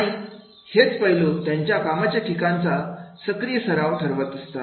आणि हेच पैलू त्यांच्या कामाच्या ठिकाणचा सक्रिय सराव ठरवत असतात